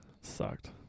sucked